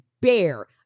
bear